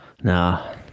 Nah